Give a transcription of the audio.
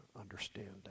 understanding